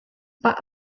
pak